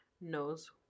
knows